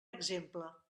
exemple